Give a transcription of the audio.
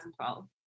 2012